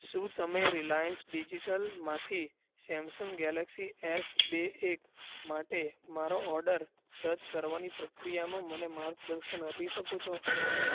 શું તમે રિલાયન્સ ડિજિટલમાંથી સેમસંગ ગેલેક્સી એસ બે એક માટે મારો ઓર્ડર રદ કરવાની પ્રક્રિયામાં મને માર્ગદર્શન આપી શકો છો